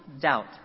doubt